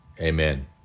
Amen